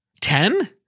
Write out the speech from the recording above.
ten